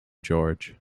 george